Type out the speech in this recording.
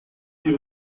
sie